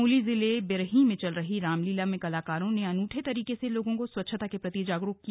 चमोली जिले बिरही में चल रही रामलीला में कलाकारों ने अनूठे तरीके से लोगों को स्वच्छता के प्रति जागरूक किया